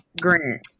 grant